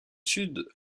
sud